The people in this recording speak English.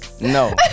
no